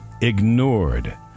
ignored